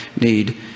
need